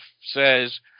says